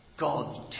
God